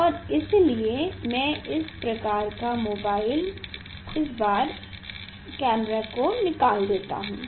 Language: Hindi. और इसलिए मैं इस प्रकार का मोबाइल कैमरा निकाल देता हूँ